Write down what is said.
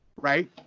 Right